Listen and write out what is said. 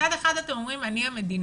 מצד אחד אתם אומרים אני המדינה,